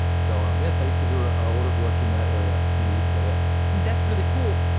so um yes, i used to do a ah lot of work in that area many years ago. yes that's really cool.